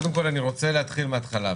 קודם כל אני רוצה להתחיל מההתחלה,